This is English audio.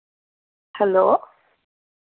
hello